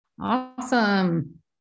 Awesome